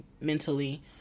mentally